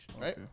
right